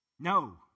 No